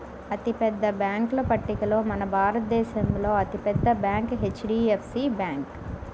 అతిపెద్ద బ్యేంకుల పట్టికలో మన భారతదేశంలో అతి పెద్ద బ్యాంక్ హెచ్.డీ.ఎఫ్.సీ బ్యాంకు